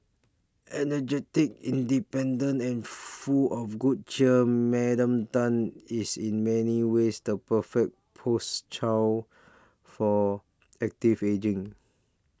energetic independent and full of good cheer Madam Tan is in many ways the perfect post child for active ageing